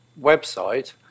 website